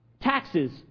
taxes